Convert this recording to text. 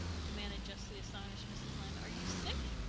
demanded justly astonished mrs. lynde. are you sick?